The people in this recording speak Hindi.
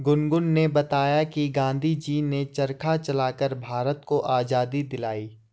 गुनगुन ने बताया कि गांधी जी ने चरखा चलाकर भारत को आजादी दिलाई